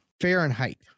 Fahrenheit